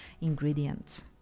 ingredients